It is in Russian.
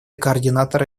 координатора